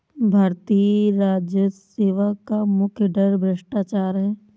भारतीय राजस्व सेवा का मुख्य डर भ्रष्टाचार है